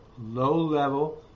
low-level